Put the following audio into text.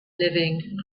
living